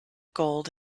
gold